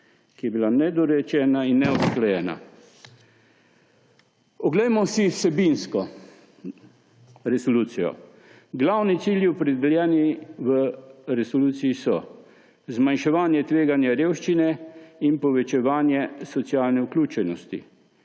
ki je bila nedorečena in neusklajena. Oglejmo si resolucijo vsebinsko. Glavni cilji, opredeljeni v resoluciji, so: zmanjševanje tveganja revščine in povečevanje socialne vključenosti,